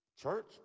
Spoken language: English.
Church